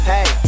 Hey